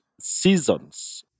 seasons